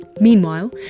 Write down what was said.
Meanwhile